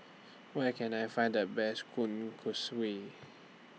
Where Can I Find The Best